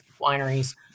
wineries